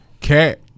Cat